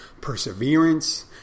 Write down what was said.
perseverance